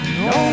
no